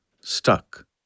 stuck